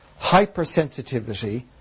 hypersensitivity